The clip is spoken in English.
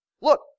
Look